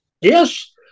Yes